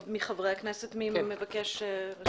מי מחברי הכנסת מבקש להתייחס?